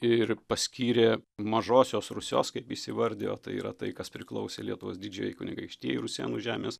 ir paskyrė mažosios rusios kaip jis įvardijo tai yra tai kas priklausė lietuvos didžiajai kunigaikštijai rusėnų žemės